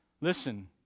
listen